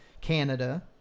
Canada